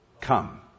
come